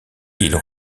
ils